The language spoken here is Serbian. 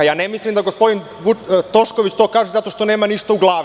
Ne mislim da gospodin Tošković to kaže zato što nema ništa u glavi.